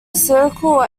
circle